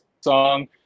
song